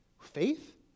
Faith